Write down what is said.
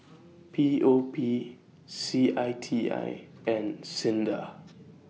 P O P C I T I and SINDA